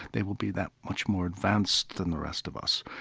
they will be that much more advanced than the rest of us.